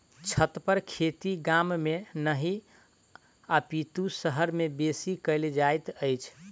छतपर खेती गाम मे नहि अपितु शहर मे बेसी कयल जाइत छै